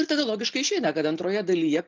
ir tada logiškai išeina kad antroje dalyje